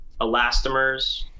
elastomers